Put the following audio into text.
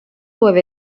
doivent